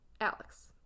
Alex